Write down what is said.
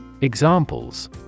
Examples